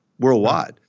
worldwide